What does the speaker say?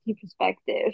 perspective